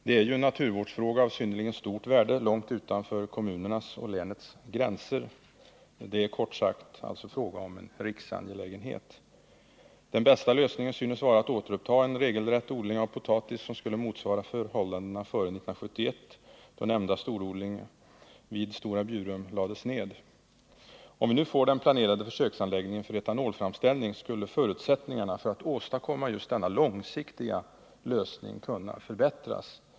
Det är ju en naturvårdsfråga av synnerligen stort värde långt utanför kommunernas och länets gränser. Det är kort sagt fråga om en riksangelägenhet. Den bästa lösningen synes vara att återuppta en regelrätt odling av potatis som skulle motsvara förhållandena före 1971, då nämnda storodling vid Stora Bjurum lades ned. Om vi får den planerade försöksanläggningen för etanolframställning, skulle förutsättningarna för att åstadkomma just denna långsiktiga lösning kunna förbättras.